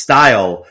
Style